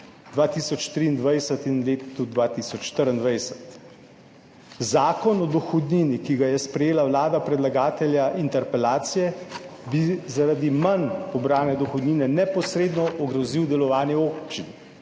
2023 in letu 2024. Zakon o dohodnini, ki ga je sprejela vlada predlagatelja interpelacije, bi zaradi manj pobrane dohodnine neposredno ogrozil delovanje občin,